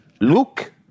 look